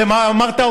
ומה אמרת?